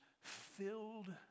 filled